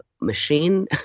machine